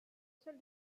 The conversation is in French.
seul